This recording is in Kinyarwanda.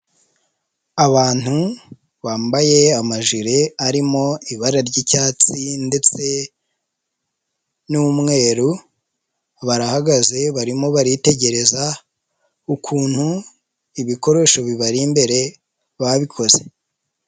Abantu bambaye amajire arimo ibara ry'icyatsi ndetse n'umweru, barahagaze barimo baritegereza ukuntu ibikoresho bibari imbere babikoze.